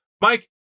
Mike